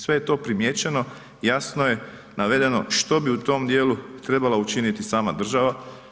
Sve je to primijećeno i jasno je navedeno što bi u tom dijelu trebala učiniti sama država.